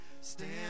stand